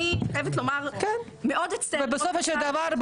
אני חייבת לומר שמאוד אצטער --- בסופו של דבר,